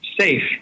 safe